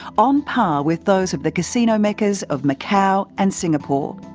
on par with those of the casino meccas of macau and singapore.